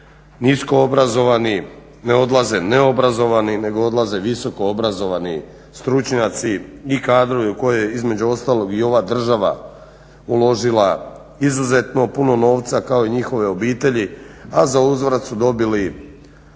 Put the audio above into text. nisko obrazovani, ne odlaze neobrazovani, nego odlaze visoko obrazovani stručnjaci i kadrovi u koje je između ostalog i ova država uložila izuzetno puno novca kao i njihove obitelji, a za uzvrat su dobili